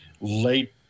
late